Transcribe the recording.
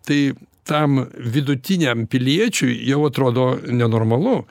tai tam vidutiniam piliečiui jau atrodo nenormalu